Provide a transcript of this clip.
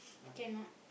cannot